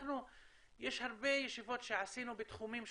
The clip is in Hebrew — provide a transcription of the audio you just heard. יש הרבה ישיבות שעשינו בתחומים שונים,